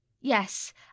yes